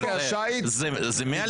בעסקי השיט -- זה אוניות, זה מעל פני המים.